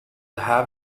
have